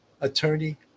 attorney